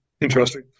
Interesting